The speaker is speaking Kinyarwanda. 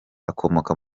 akomoka